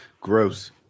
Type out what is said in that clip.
Gross